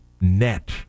net